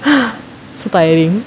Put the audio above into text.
ah so tiring